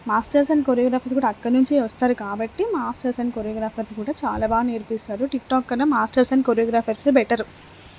masters and choreographers కూడా అక్కడి నుంచే వస్తారు కాబట్టి మాస్టర్స్ అండ్ కొరియోగ్రాఫర్స్ కూడా చాలా బాగా నేర్పిస్తారు టిక్టాక్ కన్నా మాస్టర్స్ అండ్ కొరియోగ్రాఫర్స్ఏ బెటరు